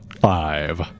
five